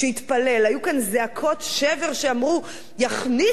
היו כאן זעקות שבר שאמרו: יכניסו יהודים